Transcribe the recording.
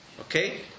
okay